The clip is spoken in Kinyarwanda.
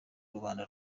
rubanda